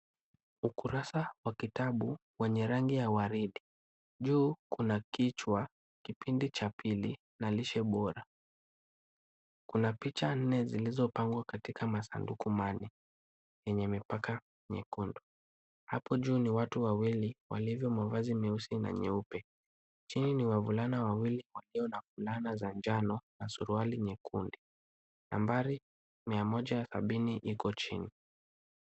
Ukurasa wa kitabu wenye rangi ya waridi. Juu kuna kichwa Kipindi cha pili na lishe bora. Kuna picha nne zilizopangwa katika masanduku manne yenye mipaka miekundu. Hapo juu ni watu weusi wenye mavazi mekundu na meupe. Chini ni wavulana wawili walio fulana za njano na suruali nyekundu. Nambari 170 iko chini.